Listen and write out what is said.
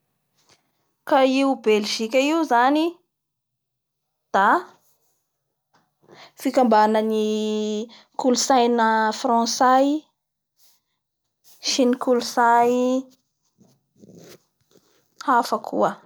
Ny pakistanais zany da musulman Totaly izay ny fivavaha ekendreo agny